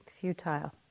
futile